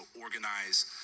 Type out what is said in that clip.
organize